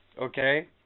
Okay